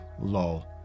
lol